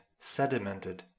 sedimented